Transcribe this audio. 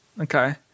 Okay